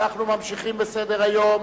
אנחנו ממשיכים בסדר-היום: